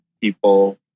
people